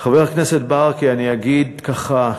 חבר הכנסת ברכה, אני אגיד ככה,